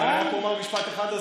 אני רק אומר משפט אחד.